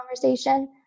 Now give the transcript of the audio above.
conversation